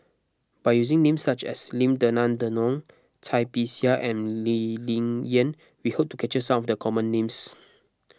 by using names such as Lim Denan Denon Cai Bixia and Lee Ling Yen we hope to capture some of the common names